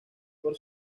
por